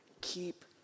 keep